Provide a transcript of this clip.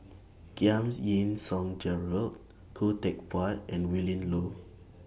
Giam Yean Song Gerald Khoo Teck Puat and Willin Low